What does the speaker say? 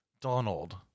Donald